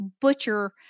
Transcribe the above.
butcher